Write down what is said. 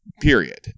period